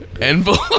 Envelope